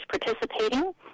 participating